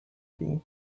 being